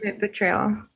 Betrayal